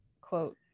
quote